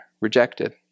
rejected